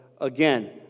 again